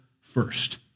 first